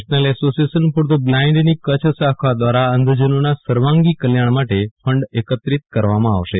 national association for the બ્લાઈન્ડની કચ્છ શાખા દવારા અંધજનોના સર્વાંગો કલ્યાણ માટે ફંડ અકત્રીત કરવામાં આવશે